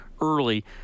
early